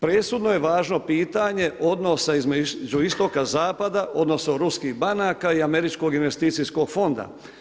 Presudno je važno pitanje odnosa između istoka-zapada, odnosno ruskih banaka i američkog investicijskog fonda.